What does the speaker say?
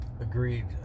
agreed